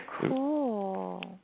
cool